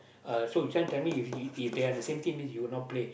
uh so he trying to tell me if if they are on the same team means you will not play